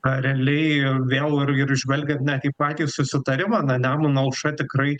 ką realiai vėl ir ir žvelgiant net į patį susitarimą na nemuno aušra tikrai